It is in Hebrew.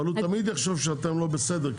אבל הוא תמיד יחשוב שאתם לא בסדר,